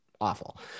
awful